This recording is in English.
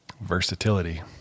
Versatility